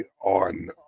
on